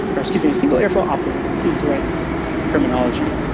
or excuse me, a single airflow operator to use the right terminology,